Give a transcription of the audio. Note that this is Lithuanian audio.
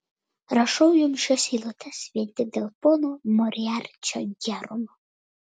rašau jums šias eilutes vien tik dėl pono moriarčio gerumo